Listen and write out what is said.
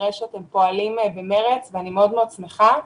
נראה שאתם פועלים במרץ, ואני מאוד מאוד שמחה.